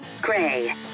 Gray